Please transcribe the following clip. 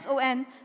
son